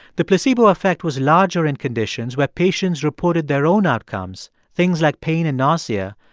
the placebo effect was larger in conditions where patients reported their own outcomes, things like pain and nausea,